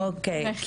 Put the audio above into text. אוקיי.